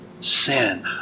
sin